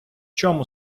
чому